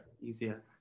easier